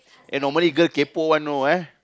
eh normally girl kaypoh one know eh